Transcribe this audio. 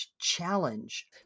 challenge